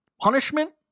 punishment